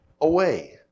away